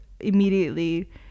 immediately